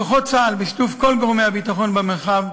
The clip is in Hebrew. כוחות צה"ל, בשיתוף כל גורמי הביטחון במרחב,